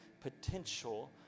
potential